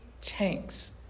tanks